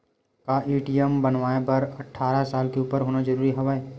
का ए.टी.एम बनवाय बर अट्ठारह साल के उपर होना जरूरी हवय?